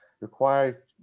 require